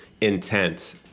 intent